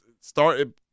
started